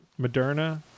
Moderna